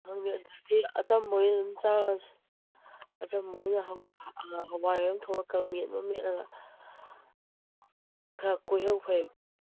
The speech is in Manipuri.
ꯈꯪꯗꯦ ꯑꯗꯨꯗꯤ ꯑꯆꯝꯕ ꯑꯣꯏꯅ ꯑꯗꯨꯝ ꯆꯥꯔꯨꯔꯁꯤ ꯑꯆꯝꯕ ꯑꯣꯏꯅ ꯑ ꯍꯋꯥꯏ ꯑꯃ ꯊꯣꯉꯒ ꯀꯪꯃꯦꯠ ꯑꯃ ꯃꯦꯠꯂꯒ ꯈꯔ ꯀꯣꯏꯍꯧ ꯐꯩ